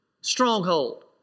Stronghold